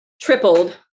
tripled